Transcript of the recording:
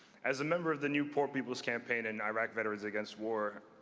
as a member of the newport people's campaign and iraq veterans against war,